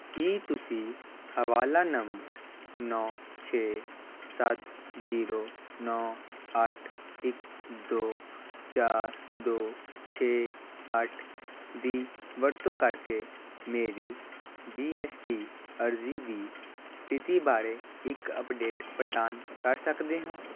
ਕੀ ਤੁਸੀਂ ਹਵਾਲਾ ਨੰਬਰ ਨੌਂ ਛੇ ਸੱਤ ਜੀਰੋ ਨੌਂ ਅੱਠ ਇੱਕ ਦੋ ਚਾਰ ਦੋ ਛੇ ਅੱਠ ਦੀ ਵਰਤੋਂ ਕਰਕੇ ਮੇਰੀ ਜੀ ਐੱਸ ਟੀ ਅਰਜ਼ੀ ਦੀ ਸਥਿਤੀ ਬਾਰੇ ਇੱਕ ਅਪਡੇਟ ਪ੍ਰਦਾਨ ਕਰ ਸਕਦੇ ਹੋ